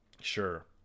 Sure